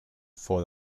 for